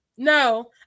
No